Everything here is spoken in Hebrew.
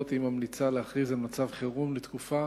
היא ממליצה להכריז על מצב חירום לתקופה